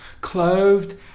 clothed